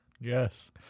Yes